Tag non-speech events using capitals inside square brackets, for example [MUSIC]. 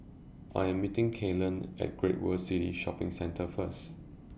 [NOISE] I Am meeting Kylan At Great World City Shopping Centre First